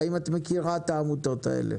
והאם את מכירה את העמותות האלה.